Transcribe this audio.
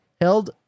held